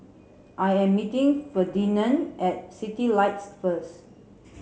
I am meeting Ferdinand at Citylights first